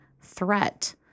threat